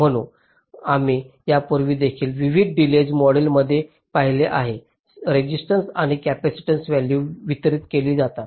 म्हणून आम्ही यापूर्वी देखील विविध डीलेय मॉडेलमध्ये पाहिले आहे रेसिस्टन्स आणि कॅपेसिटन्स व्हॅल्युज वितरीत केली जातील